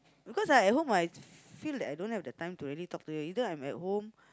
because at home what I feel that I don't have the time to really talk to you either I'm at home